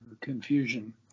confusion